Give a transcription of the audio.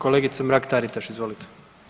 Kolegice Mrak-Taritaš, izvolite.